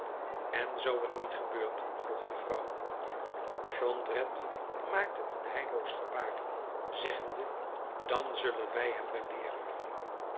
en zoo t niet gebeurt vroeg de vrouw jondrette maakte een heilloos gebaar zeggende dan zullen wij t hem wel leeren